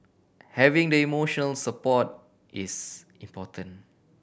having the emotional support is important